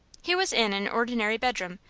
he was in an ordinary bedroom,